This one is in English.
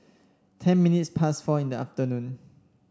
ten minutes past four in the afternoon